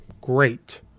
Great